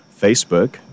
Facebook